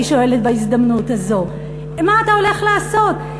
אני שואלת בהזדמנות הזאת, מה אתה הולך לעשות?